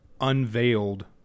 unveiled